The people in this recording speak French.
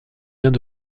vient